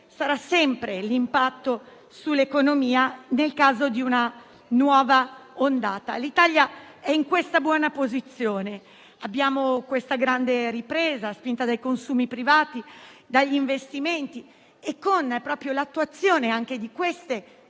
sarà sempre l'impatto sull'economia nel caso di una nuova ondata. L'Italia è in questa buona posizione; abbiamo questa grande ripresa, la spinta dei consumi privati e degli investimenti. Proprio grazie all'attuazione